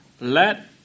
Let